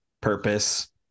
purpose